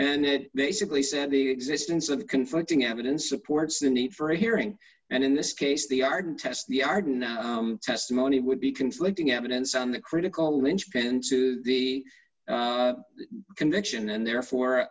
and it basically said the existence of the conflicting evidence supports the need for a hearing and in this case the arden test the arden testimony would be conflicting evidence on the critical linchpin to the convention and therefore